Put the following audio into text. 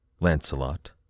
Lancelot